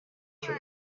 schon